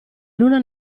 luna